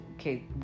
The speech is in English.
okay